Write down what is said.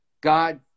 God